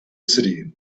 city